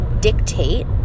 dictate